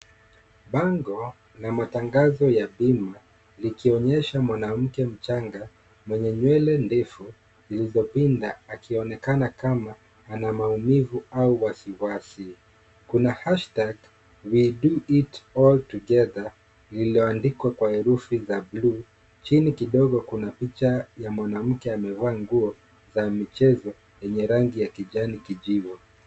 Bango la matangazo ya bima likionyesha mwanamke mchanga mwenye nywele ndefu zilizopinda akionekana kama ana maumivu au wasiwasi. Kuna hashtag we do it all together lililoandikwa kwa herufi za blue . Chini kidogo kuna picha ya mwanamke amevaa nguo za michezo zenye rangi ya kijani kijivu.